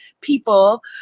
people